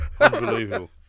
Unbelievable